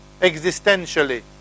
existentially